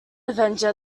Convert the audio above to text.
avenger